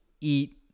eat